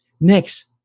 Next